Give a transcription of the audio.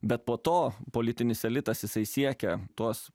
bet po to politinis elitas jisai siekia tuos